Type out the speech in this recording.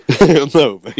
No